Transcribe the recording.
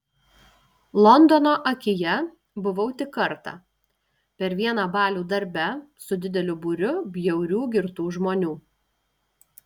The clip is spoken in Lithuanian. londono akyje buvau tik kartą per vieną balių darbe su dideliu būriu bjaurių girtų žmonių